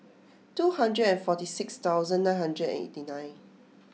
two hundred and forty six thousand nine hundred and eighty nine